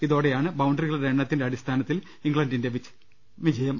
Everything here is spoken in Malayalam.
ഇതോ ടെയാണ് ബൌണ്ടറികളുടെ എണ്ണത്തിന്റെ അടിസ്ഥാനത്തിൽ ഇംഗ്ലണ്ടിന്റെ വിജ യം